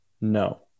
No